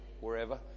wherever